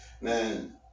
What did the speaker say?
man